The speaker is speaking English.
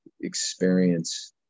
experience